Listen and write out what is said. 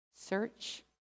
search